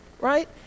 right